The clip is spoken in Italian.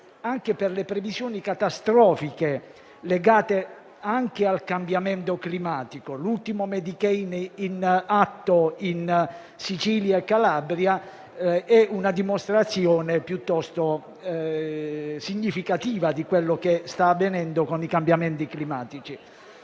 anche delle previsioni catastrofiche legate anche al cambiamento climatico. L'ultimo *medicane* in atto in Sicilia e Calabria è una dimostrazione piuttosto significativa di quello che sta avvenendo con i cambiamenti climatici.